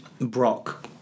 Brock